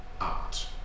art